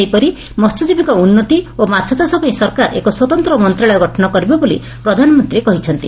ସେହିପରି ମହ୍ୟଜୀବୀଙ୍କ ଉନ୍ନତି ଓ ମାଛ ଚାଷ ପାଇଁ ସରକାର ଏକ ସ୍ୱତନ୍ତ ମନ୍ତଶାଳୟ ଗଠନ କରିବେ ବୋଲି ପ୍ରଧାନମନ୍ତୀ କହିଛନ୍ତି